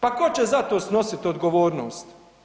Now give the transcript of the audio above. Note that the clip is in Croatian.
Pa tko će za to snositi odgovornost?